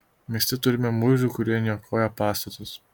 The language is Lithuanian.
mieste turime murzių kurie niokoja pastatus